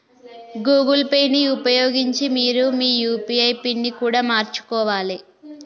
Google Pay ని ఉపయోగించి మీరు మీ యూ.పీ.ఐ పిన్ని కూడా మార్చుకోవాలే